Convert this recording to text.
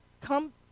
come